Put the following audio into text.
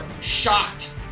shocked